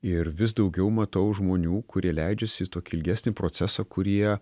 ir vis daugiau matau žmonių kurie leidžiasi į tokį ilgesnį procesą kurie